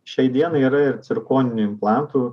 šiai dienai yra ir cirkoninių implantų